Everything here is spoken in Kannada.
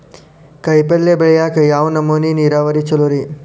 ಕಾಯಿಪಲ್ಯ ಬೆಳಿಯಾಕ ಯಾವ್ ನಮೂನಿ ನೇರಾವರಿ ಛಲೋ ರಿ?